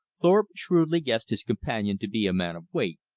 thorpe shrewdly guessed his companion to be a man of weight,